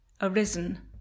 arisen